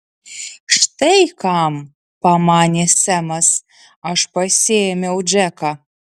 štai kam pamanė semas aš pasiėmiau džeką